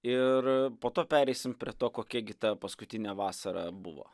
ir po to pereisim prie to kokia gi ta paskutinė vasara buvo